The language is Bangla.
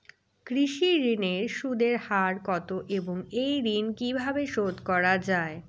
কৃষি ঋণের সুদের হার কত এবং এই ঋণ কীভাবে শোধ করা য়ায়?